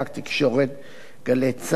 גל"צ, "מעריב", "הארץ"